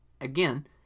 Again